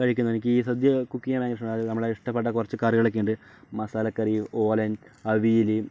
കഴിക്കുന്ന എനിക്ക് ഈ സദ്യ കുക്ക് ചെയ്യാൻ ഭയങ്കര ഇഷ്ടമാണ് അതായത് നമ്മളെ ഇഷ്ടപ്പെട്ട കുറച്ചു കറികൾ ഒക്കെയുണ്ട് മസാലക്കറി ഓലൻ അവിയൽ